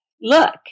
Look